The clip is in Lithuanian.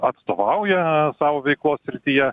atstovauja savo veiklos srityje